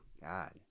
God